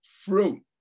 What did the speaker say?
fruit